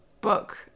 book